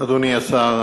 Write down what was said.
אדוני השר,